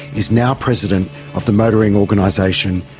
is now president of the motoring organisation,